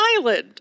island